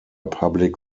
public